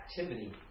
activity